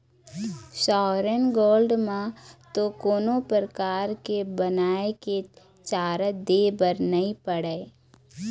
sovereign gold म तो कोनो परकार के बनाए के चारज दे बर नइ पड़य